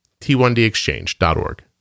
t1dexchange.org